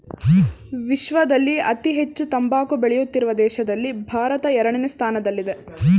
ವಿಶ್ವದಲ್ಲಿ ಅತಿ ಹೆಚ್ಚು ತಂಬಾಕು ಬೆಳೆಯುತ್ತಿರುವ ದೇಶಗಳಲ್ಲಿ ಭಾರತ ಎರಡನೇ ಸ್ಥಾನದಲ್ಲಿದೆ